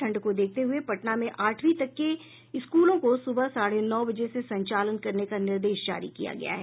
ठंड को देखते हुए पटना में आठवीं तक के स्कूलों को सुबह साढ़े नौ बजे से संचालन करने का निर्देश जारी किया गया है